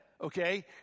okay